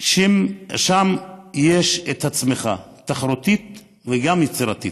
שם יש צמיחה תחרותית וגם יצירתית.